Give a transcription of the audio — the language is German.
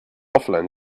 offline